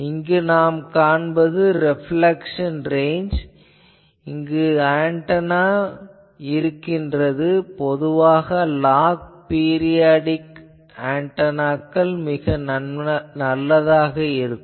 இங்கு நாம் காண்பது ரெப்லேக்சன் ரேஞ்ச் இங்கு ஆன்டெனா இருக்கிறது பொதுவாக லாக் பீரியாடிக் ஆன்டெனாக்கள் நல்லதாகும்